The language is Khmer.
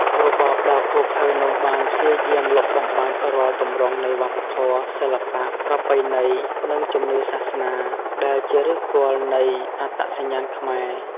របបដ៏ឃោរឃៅនោះបានព្យាយាមលុបបំបាត់រាល់ទម្រង់នៃវប្បធម៌ សិល្បៈ ប្រពៃណី និងជំនឿសាសនា ដែលជាឫសគល់នៃអត្តសញ្ញាណខ្មែរ។